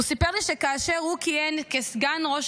הוא סיפר לי שכאשר הוא כיהן כסגן ראש